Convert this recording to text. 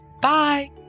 bye